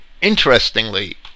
interestingly